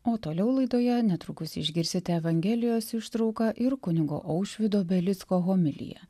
o toliau laidoje netrukus išgirsite evangelijos ištrauką ir kunigo aušvydo belicko homiliją